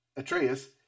Atreus